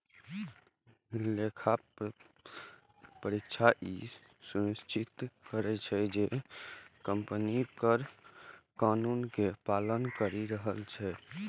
लेखा परीक्षक ई सुनिश्चित करै छै, जे कंपनी कर कानून के पालन करि रहल छै